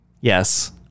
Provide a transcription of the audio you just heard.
yes